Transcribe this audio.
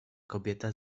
kobieta